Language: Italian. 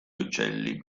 uccelli